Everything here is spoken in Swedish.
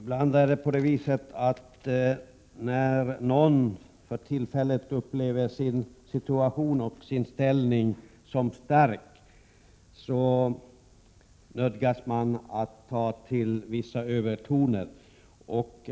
Herr talman! När någon för tillfället upplever sin situation och sin ställning som stark nödgas man ibland ta till vissa övertoner.